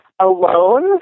alone